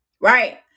Right